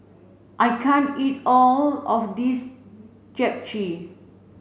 I can't eat all of this Japchae